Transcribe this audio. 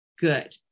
Good